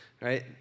right